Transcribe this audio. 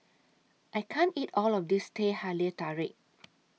I can't eat All of This Teh Halia Tarik